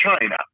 China